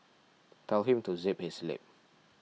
tell him to zip his lip